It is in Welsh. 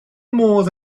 modd